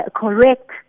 correct